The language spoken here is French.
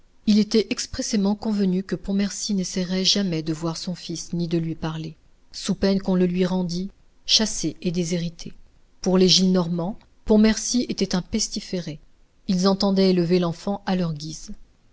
il était expressément convenu que pontmercy n'essayerait jamais de voir son fils ni de lui parler sous peine qu'on le lui rendît chassé et déshérité pour les gillenormand pontmercy était un pestiféré ils entendaient élever l'enfant à leur guise